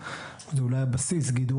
זה אולי הבסיס גידור,